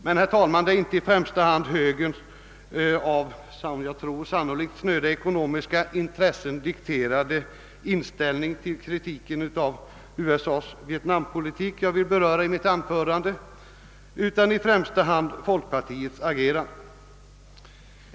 Men, herr talman, det är inte i första hand högerns, sannolikt av snöda eko nomiska intressen dikterade inställning till kritiken av USA:s vietnampolitik jag här har velat beröra i mitt anförande, utan jag har begärt ordet för att säga något om folkpartiets agerande.